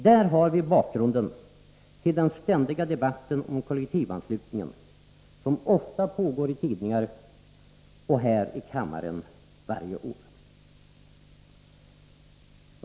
Där har vi bakgrunden till den ständiga debatten om kollektivanslutningen, som ofta pågår i tidningar och här i kammaren varje år.